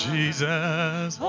Jesus